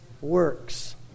works